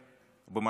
במה שאתה אומר